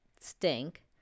stink